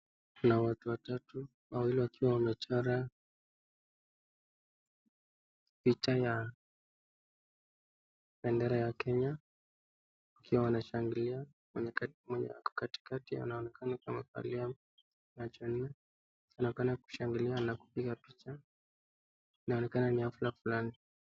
Kuna watu watatu wawili wakiwa wamechora picha ya bendera ya Kenya wakiwa wanashangilia. Mwenye ako katikati anaonekana kama Falian na Johny anaonekana kushangilia na kupiga picha ,inaonekana ni hafla fulani.